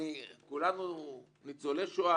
כולנו ניצולי שואה,